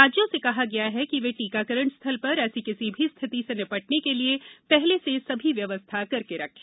राज्यों से कहा गया है कि वे टीकाकरण स्थल पर ऐसी किसी भी स्थिति से निपटने के लिए पहले से सभी व्यवस्था करके रखें